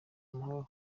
amahoro